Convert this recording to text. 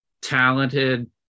talented